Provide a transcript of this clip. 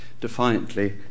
defiantly